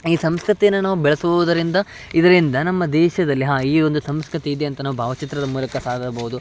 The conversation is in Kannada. ಈ ಸಂಸ್ಕೃತಿಯನ್ನು ನಾವು ಬೆಳೆಸೋದರಿಂದ ಇದರಿಂದ ನಮ್ಮ ದೇಶದಲ್ಲಿ ಹಾಂ ಈ ಒಂದು ಸಂಸ್ಕೃತಿ ಇದೆ ಅಂತ ನಾವು ಭಾವಚಿತ್ರದ ಮೂಲಕ ಸಾರಬೌದು